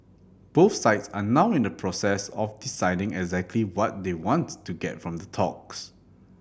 both sides are now in the process of deciding exactly what they wants to get from the talks